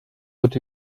what